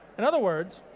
in other words,